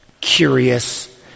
curious